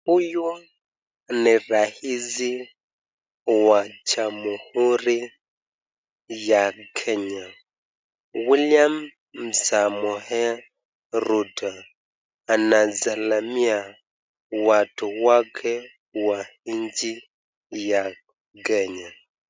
Huyu ni raisi wa jamhuri ya Kenya William Samoei Rutto. Anasalimia watu wake wa nchi ya Kenya.